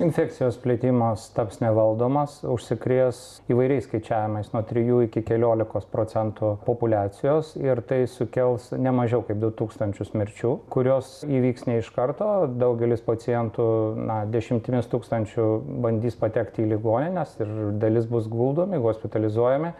infekcijos plitimas taps nevaldomas užsikrės įvairiais skaičiavimais nuo trijų iki keliolikos procentų populiacijos ir tai sukels ne mažiau kaip du tūkstančius mirčių kurios įvyks ne iš karto daugelis pacientų na dešimtimis tūkstančių bandys patekti į ligonines ir dalis bus guldomi hospitalizuojami